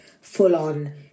full-on